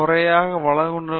தயவுசெய்து பாருங்கள்